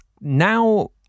now